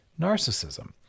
narcissism